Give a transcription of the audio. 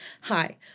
Hi